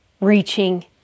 reaching